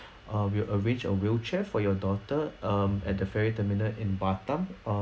uh we will arrange a wheelchair for your daughter um at the ferry terminal in batam uh